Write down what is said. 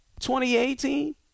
2018